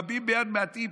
רבים ביד מעטים,